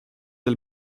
del